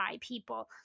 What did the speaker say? people